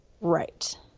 Right